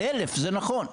1,000 זה נכון.